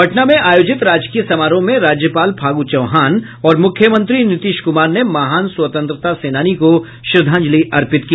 पटना में आयोजित राजकीय समारोह में राज्यपाल फागू चौहान और मुख्यमंत्री नीतीश कुमार ने महान स्वतंत्रता सेनानी को श्रद्वांजलि अर्पित की